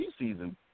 preseason